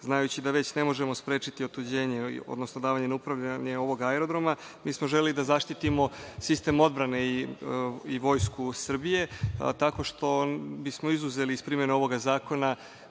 Znajuči da već ne možemo sprečiti otuđenje, odnosno davanje na upravljanje ovog aerodroma, mi smo želeli da zaštitimo sistem odbrane i Vojsku Srbije tako što bismo izuzeli iz primene ovog zakona